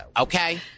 Okay